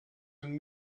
and